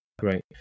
great